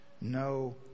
no